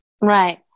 Right